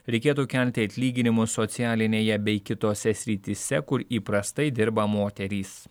reikėtų kelti atlyginimus socialinėje bei kitose srityse kur įprastai dirba moterys